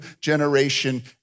Generation